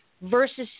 versus